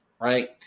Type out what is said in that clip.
Right